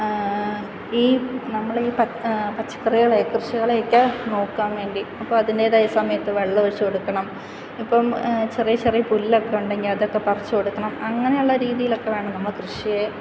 ഈ നമ്മൾ ഈ പച്ചക്കറികളെയൊക്കെ കൃഷികളെയൊക്കെ നോക്കാൻ വേണ്ടി അപ്പോൾ അതിൻ്റെതായ സമയത്ത് വെള്ളം ഒഴിച്ചു കൊടുക്കണം ഇപ്പം ചെറിയ ചെറിയ പുല്ല് ഒക്കെ ഉണ്ടെങ്കിൽ അതൊക്കെ പറിച്ചു കൊടുക്കണം അങ്ങനെയുള്ള രീതിയിലൊക്കെ വേണം നമ്മൾ കൃഷിയെ